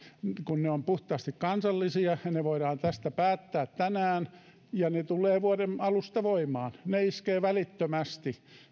kun ne ovat puhtaasti kansallisia ja ne voidaan päättää tänään ja ne tulevat vuoden alusta voimaan iskevät välittömästi